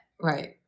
Right